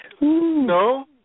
No